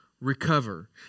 Recover